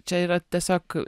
čia yra tiesiog